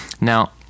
Now